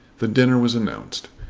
the dinner was announced.